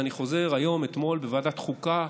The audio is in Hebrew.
ואני חוזר היום, אתמול, בוועדת החוקה,